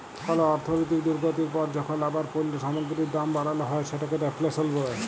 call অর্থলৈতিক দুর্গতির পর যখল আবার পল্য সামগ্গিরির দাম বাড়াল হ্যয় সেটকে রেফ্ল্যাশল ব্যলে